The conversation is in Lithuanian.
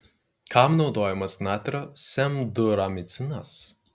kam naudojamas natrio semduramicinas